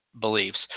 beliefs